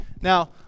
Now